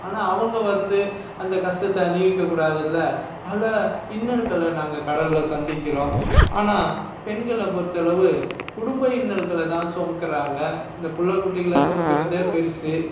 ஆனால் அவங்க வந்து அந்தக் கஷ்டத்தை அனுபவிக்க கூடாதுல்ல பல இன்னல்களை நாங்கள் கடல்ல சந்திக்கிறோம் ஆனால் பெண்களை பொறுத்தளவு குடும்ப இன்னல்களை தான் சுமக்குறாங்க இந்த பிள்ள குட்டிகளை சுமக்குறதே பெருசு